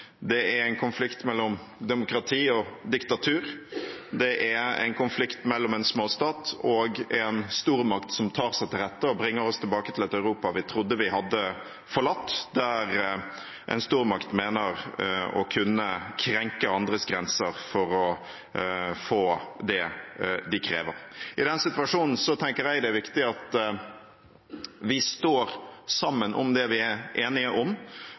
Det er en konflikt mellom demokrati og diktatur. Det er en konflikt mellom en småstat og en stormakt som tar seg til rette og bringer oss tilbake til et Europa vi trodde vi hadde forlatt, der en stormakt mener å kunne krenke andres grenser for å få det de krever. I den situasjonen tenker jeg det er viktig at vi står sammen om det vi er enige om,